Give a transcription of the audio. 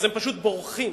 אז הם פשוט בורחים.